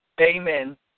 Amen